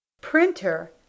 printer